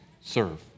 serve